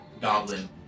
Goblin